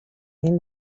egin